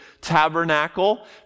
tabernacle